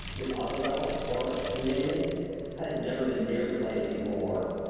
this other fellow horrocks, his name is has never been near the place before.